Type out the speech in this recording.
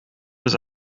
без